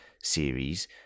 series